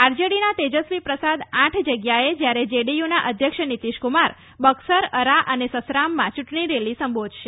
આરજેડીના તેજસ્વી પ્રસાદ આઠ જગ્યાએ જ્યારે જેડીયુના અધ્યક્ષ નિતીશકુમાર બક્સર અરા અને સસરામમાં ચૂંટણી રેલી સંબોધશે